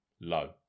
Low